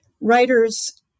writers